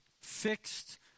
fixed